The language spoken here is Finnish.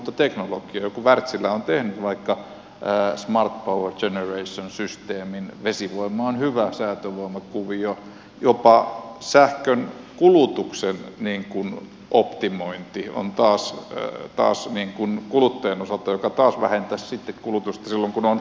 joku wärtsilä on tehnyt vaikka smart power generation systeemin vesivoima on hyvä säätövoimakuvio jopa sähkön kulutuksen optimointi kuluttajan osalta joka taas vähentäisi sitten kulutusta silloin kun nämä jutut ovat kalleimmillaan